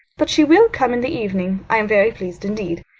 but she will come in the evening. i am very pleased indeed.